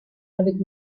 avec